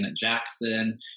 Jackson